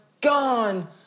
gone